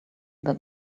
that